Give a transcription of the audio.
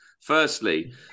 Firstly